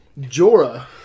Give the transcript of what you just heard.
Jorah